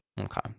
Okay